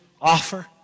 offer